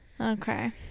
Okay